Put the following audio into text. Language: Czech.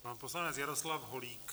Pan poslanec Jaroslav Holík.